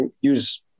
use